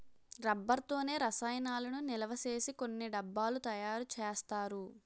rubber తోనే రసాయనాలను నిలవసేసి కొన్ని డబ్బాలు తయారు చేస్తారు